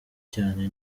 cyane